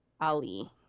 Ali